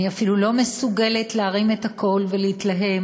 אני אפילו לא מסוגלת להרים את הקול ולהתלהם,